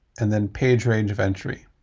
and then page range of entry.